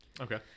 Okay